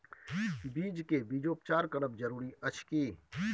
बीज के बीजोपचार करब जरूरी अछि की?